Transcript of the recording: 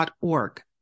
org